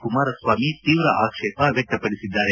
ಕುಮಾರಸ್ವಾಮಿ ತೀವ್ರ ಆಕ್ಷೇಪ ವ್ಯಕ್ತಪಡಿಸಿದ್ದಾರೆ